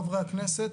חברי הכנסת,